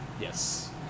Yes